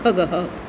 खगः